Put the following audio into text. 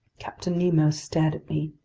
captain nemo stared at me.